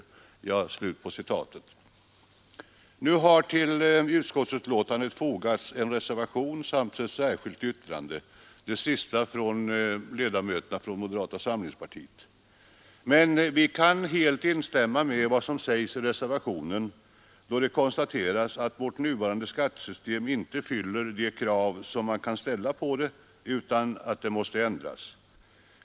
Nu har till utskottsbetänkandet fogats en reservation samt ett särskilt yttrande, det sistnämnda av ledamöterna från moderata samlingspartiet. Men vi kan helt instämma i vad som sägs i reservationen, då det konstateras att vårt nuvarande skattesystem inte fyller de krav man kan ställa på det utan att det måste ändras.